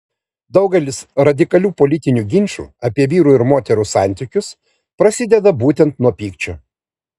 daugelis radikalių politinių ginčų apie vyrų ir moterų santykius prasideda būtent nuo pykčio